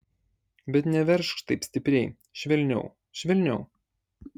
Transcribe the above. bet neveržk taip stipriai švelniau švelniau